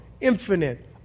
infinite